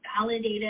validated